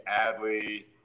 Adley